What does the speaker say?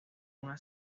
una